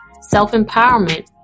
self-empowerment